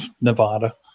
Nevada